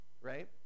right